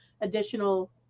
additional